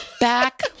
back